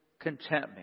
contentment